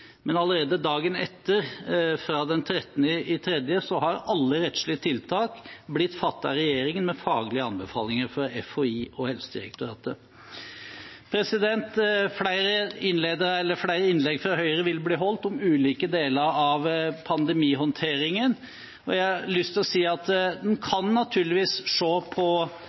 Men allerede dagen etter, fra den 13. mars, har alle rettslige tiltak blitt fattet av regjeringen med faglige anbefalinger fra FHI og Helsedirektoratet. Flere innlegg fra Høyre vil bli holdt om ulike deler av pandemihåndteringen, og jeg har lyst til å si at man kan naturligvis se på